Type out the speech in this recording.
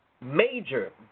major